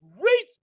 reach